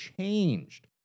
changed